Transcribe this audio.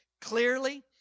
clearly